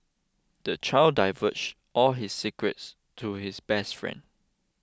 the child divulged all his secrets to his best friend